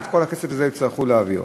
ואת כל הכסף הזה יצטרכו להעביר.